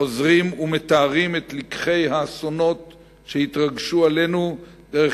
חוזרים ומתארים את לקחי האסונות שהתרגשו עלינו דרך